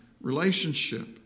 relationship